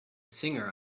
singer